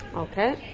ok.